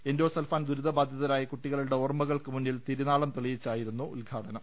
endosulfan ദുരിത ബാധിതരായ കുട്ടികളുടെ ഓർമ്മ കൾക്ക് മുന്നിൽ തിരിനാളം തെളിയിച്ചായിരുന്നു ഉദ്ഘാടനം